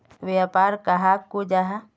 व्यापार कहाक को जाहा?